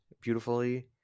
beautifully